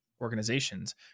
organizations